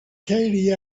katie